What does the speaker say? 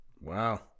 Wow